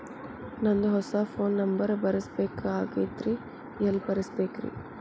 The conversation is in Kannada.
ನಂದ ಹೊಸಾ ಫೋನ್ ನಂಬರ್ ಬರಸಬೇಕ್ ಆಗೈತ್ರಿ ಎಲ್ಲೆ ಬರಸ್ಬೇಕ್ರಿ?